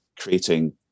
creating